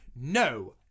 no